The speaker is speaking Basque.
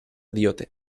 diote